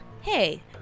hey